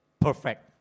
perfect